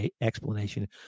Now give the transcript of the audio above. explanation